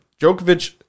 Djokovic